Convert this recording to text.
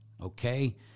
okay